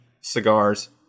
cigars